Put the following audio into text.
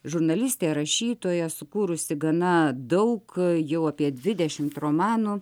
žurnalistė rašytoja sukūrusi gana daug jau apie dvidešimt romanų